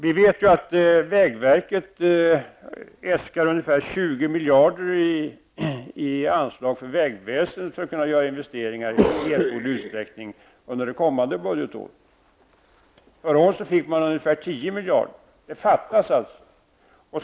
Vi vet att vägverket äskar ungefär 20 miljarder i anslag för vägväsendet för att kunna göra investeringar i erforderlig utsträckning under det kommande budgetåret. Förra året fick man ungefär 10 miljarder. Det fattas alltså pengar.